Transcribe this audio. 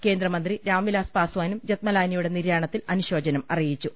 കേന്ദ്രമന്ത്രി രാംവിലാസ്പസ്വാനും ജത്ത്മലാനിയുടെ നിര്യാണത്തിൽ അനുശോചനം അറിയിച്ചു